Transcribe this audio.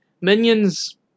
Minions